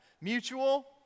Mutual